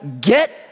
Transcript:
get